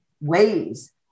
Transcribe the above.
ways